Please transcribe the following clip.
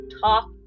talk